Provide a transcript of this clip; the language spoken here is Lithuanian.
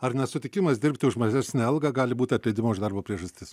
ar nesutikimas dirbti už mažesnę algą gali būti atleidimo iš darbo priežastis